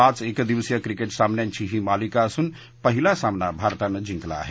पाच एकदिवसीय क्रिकेट सामन्यांची ही मालिका असून पहिला सामना भारतानं जिंकला आहे